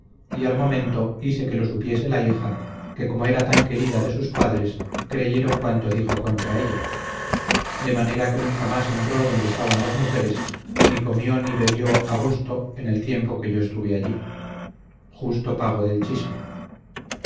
y al momento hice que lo supiese la hija que como era tan querida de sus padres creyeron cuanto dijo contra ella de manera que nunca más entró donde estaban las mujeres ni comió ni bebió a gusto en el tiempo que yo estuve allí justo pago del chisme